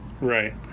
Right